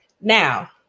Now